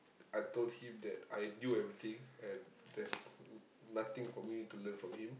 I told him that I knew everything and there's nothing for me to learn from him